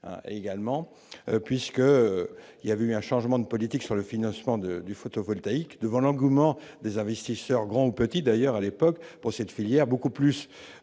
également puisque il y a eu un changement de politique sur le financement de du photovoltaïque devant l'engouement des investisseurs, grands ou petits d'ailleurs à l'époque pour cette filière, beaucoup plus